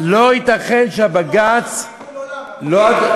לא ייתכן שהבג"ץ, תיקון עולם, אדוני.